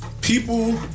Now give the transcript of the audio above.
People